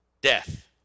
death